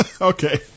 Okay